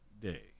Day